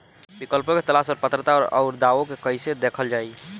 विकल्पों के तलाश और पात्रता और अउरदावों के कइसे देखल जाइ?